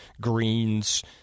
greens